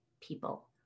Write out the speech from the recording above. people